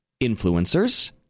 influencers